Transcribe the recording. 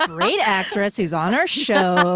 um great actress who's on our show. oh.